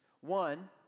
One